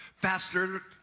Faster